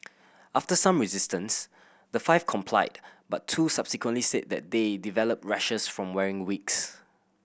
after some resistance the five complied but two subsequently said that they developed rashes from wearing wigs